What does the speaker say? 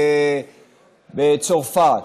בצרפת,